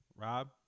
Rob